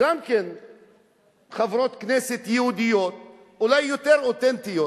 עוד חברות כנסת יהודיות, אולי יותר אותנטיות